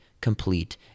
complete